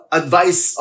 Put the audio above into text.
advice